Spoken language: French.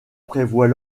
prévoit